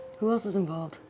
who else is involved?